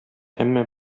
әмма